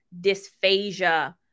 dysphagia